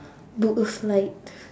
book a flight